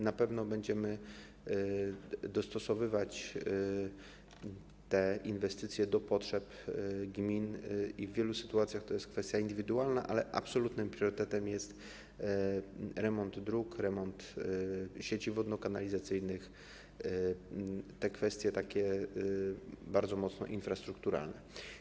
Na pewno będziemy dostosowywać te inwestycje do potrzeb gmin i w wielu sytuacjach to jest kwestia indywidualna, ale absolutnym priorytetem jest remont dróg, remont sieci wodno-kanalizacyjnych - kwestie bardzo mocno infrastrukturalne.